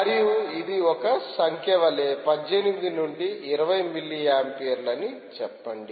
మరియు ఇది ఒక సంఖ్య వలె 18 నుండి 20 మిల్లీ ఆంపియర్ అని చెప్పండి